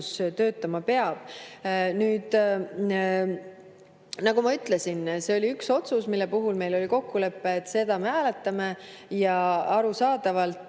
töötama peab. Nüüd, nagu ma ütlesin, see oli üks otsus, mille puhul meil oli kokkulepe, et seda me hääletame. Arusaadavalt